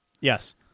Yes